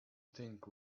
think